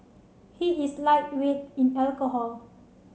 he is lightweight in alcohol